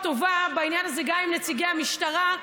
טובה בעניין הזה גם עם נציגי המשטרה,